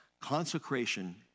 Consecration